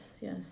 yes